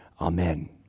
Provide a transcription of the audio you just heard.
amen